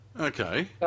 Okay